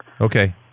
Okay